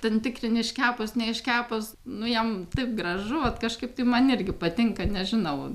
ten tikrini iškepus neiškepus nu jam taip gražu vat kažkaip man irgi patinka nežinau